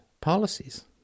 policies